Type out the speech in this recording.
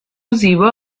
زیبا